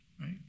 Right